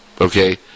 Okay